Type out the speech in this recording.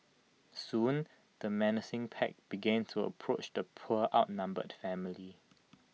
soon the menacing pack began to approach the poor outnumbered family